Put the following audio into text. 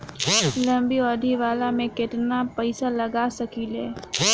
लंबी अवधि वाला में केतना पइसा लगा सकिले?